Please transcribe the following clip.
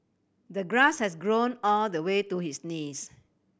the grass has grown all the way to his knees